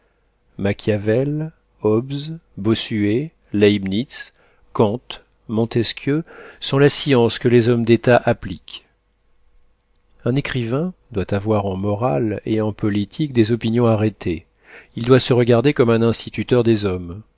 machiavel hobbes bossuet leibnitz kant montesquieu sont la science que les hommes d'état appliquent un écrivain doit avoir en morale et en politique des opinions arrêtées il doit se regarder comme un instituteur des hommes